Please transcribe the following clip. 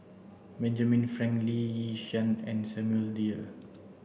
Benjamin Frank Lee Yi Shyan and Samuel Dyer